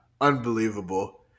Unbelievable